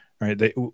Right